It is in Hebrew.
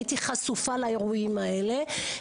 הייתי חשופה לאירועים האלה.